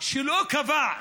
שלא קבע,